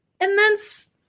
immense